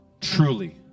truly